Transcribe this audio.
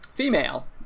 female